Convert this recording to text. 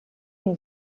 une